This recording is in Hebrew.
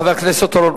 חבר הכנסת אורון,